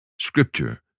Scripture